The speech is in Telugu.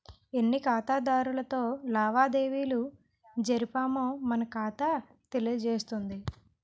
ఎన్ని ఖాతాదారులతో లావాదేవీలు జరిపామో మన ఖాతా తెలియజేస్తుంది